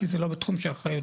כי זה לא בתחום של אחריותי.